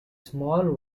small